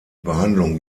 behandlung